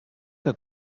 que